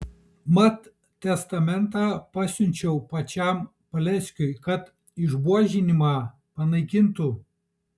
mat testamentą pasiunčiau pačiam paleckiui kad išbuožinimą panaikintų